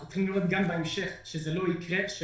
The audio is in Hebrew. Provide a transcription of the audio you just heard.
אנחנו צריכים לראות שבהמשך לא יקרה מצב